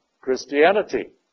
Christianity